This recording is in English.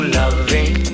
loving